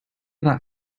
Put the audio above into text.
that